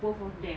both of them